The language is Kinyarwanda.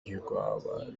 ntirwaba